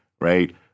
right